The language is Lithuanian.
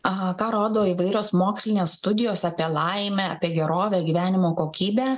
aha rodo įvairios mokslinės studijos apie laimę apie gerovę gyvenimo kokybę